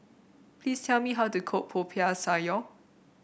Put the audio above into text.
please tell me how to cook Popiah Sayur